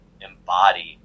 embody